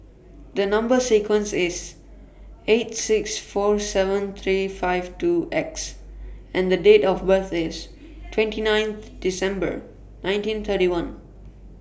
The Number sequence IS T eight six four seven three five two X and The Date of birth IS twenty ninth December nineteen thirty one